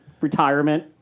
Retirement